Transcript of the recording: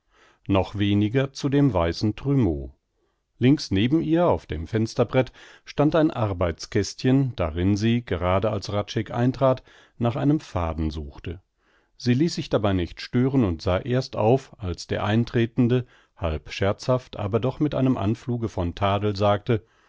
noch weniger zu dem weißen trumeau links neben ihr auf dem fensterbrett stand ein arbeitskästchen darin sie gerade als hradscheck eintrat nach einem faden suchte sie ließ sich dabei nicht stören und sah erst auf als der eintretende halb scherzhaft aber doch mit einem anfluge von tadel sagte